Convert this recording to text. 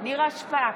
נירה שפק,